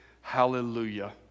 Hallelujah